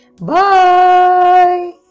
bye